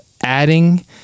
adding